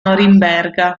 norimberga